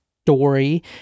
story